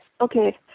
okay